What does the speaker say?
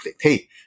hey